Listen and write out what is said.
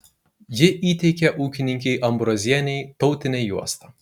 ji įteikė ūkininkei ambrozienei tautinę juostą